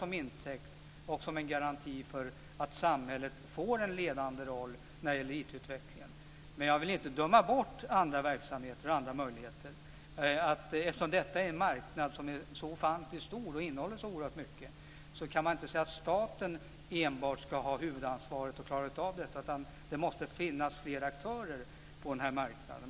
Det tar jag som en garanti för att samhället får en ledande roll när det gäller IT-utvecklingen. Men jag vill inte döma ut andra verksamheter och andra möjligheter. Eftersom detta är en marknad som är så ofantligt stor och innehåller så oerhört mycket, kan man inte säga att enbart staten skall ha huvudansvaret och klara av det. Det måste finnas flera aktörer på den här marknaden.